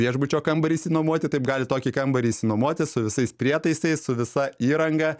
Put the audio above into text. viešbučio kambarį išsinuomoti taip gali tokį kambarį išsinuomoti su visais prietaisais su visa įranga